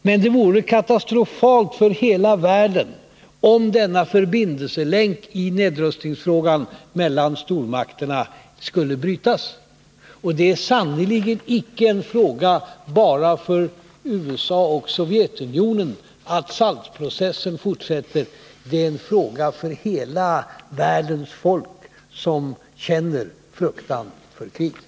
Men det vore katastrofalt för hela världen om denna förbindelselänk mellan stormakterna i nedrustningsfrågan skulle brytas. Och det är sannerligen icke en fråga bara för USA och Sovjetunionen att SALT-processen fortsätter — det är en fråga för hela världens folk, som känner fruktan för kriget.